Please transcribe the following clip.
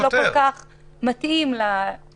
פחות מתאים, בגלל קוצר הזמן.